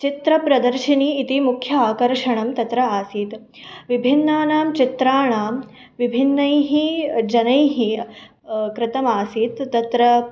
चित्रप्रदर्शिनी इति मुख्यम् आकर्षणं तत्र आसीत् विभिन्नानां चित्राणां विभिन्नैः जनैः कृतमासीत् तत्र